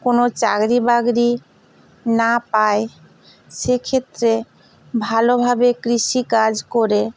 কোনো চাকরি বাকরি না পায় সেক্ষেত্রে ভালোভাবে কৃষিকাজ করে